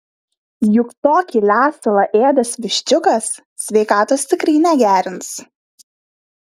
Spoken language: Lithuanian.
juk tokį lesalą ėdęs viščiukas sveikatos tikrai negerins